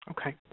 Okay